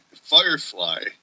Firefly